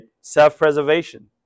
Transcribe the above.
Self-preservation